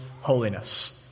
holiness